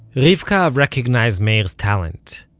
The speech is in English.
rivka recognized meir's talent.